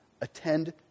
attend